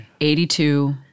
82